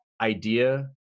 idea